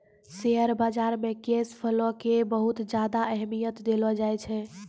share बाजार मे cash flow के बहुत ज्यादा अहमियत देलो जाए छै